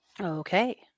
Okay